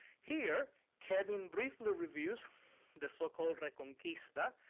here kevin briefly reviews the so-called reconquista,